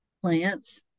plants